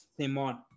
Simon